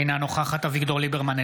אינה נוכחת אביגדור ליברמן,